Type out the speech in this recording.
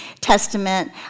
Testament